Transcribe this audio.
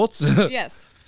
Yes